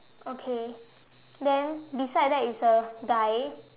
okay then beside that is a guy